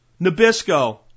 Nabisco